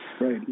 Right